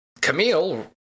Camille